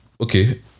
Okay